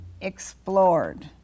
explored